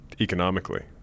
economically